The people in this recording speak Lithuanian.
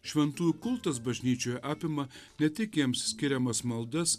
šventųjų kultas bažnyčioje apima ne tik jiems skiriamas maldas